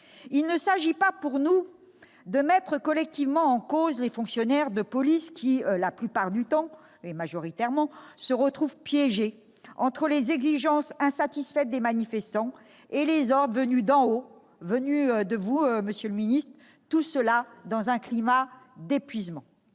Il ne s'agit pas pour nous de mettre en cause collectivement les fonctionnaires de police, qui, la plupart du temps et majoritairement, sont piégés entre les exigences insatisfaites des manifestants et les ordres venus d'en haut- de vous, monsieur le secrétaire d'État -, le tout dans un climat d'épuisement.